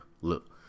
look